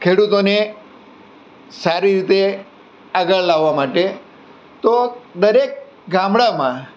ખેડૂતોને સારી રીતે આગળ લાવવા માટે તો દરેક ગામડામાં